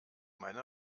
meine